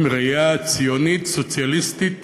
עם ראייה ציונית סוציאליסטית